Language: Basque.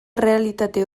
errealitate